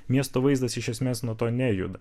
miesto vaizdas iš esmės nuo to nejuda